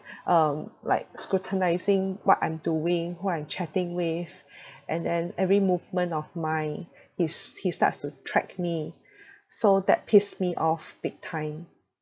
um like scrutinising what I'm doing who I'm chatting with and then every movement of mine he's he starts to track me so that pissed me off big time